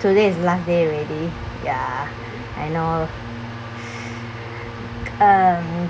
today is last day already ya I know um